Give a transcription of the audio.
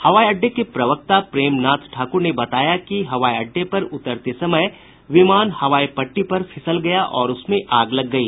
हवाई अड्डे के प्रवक्ता प्रेम नाथ ठाक्र ने बताया कि हवाई अड्डे पर उतरते समय विमान हवाई पट्टी पर फिसल गया और उसमें आग लग गई